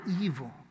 evil